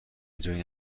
جایی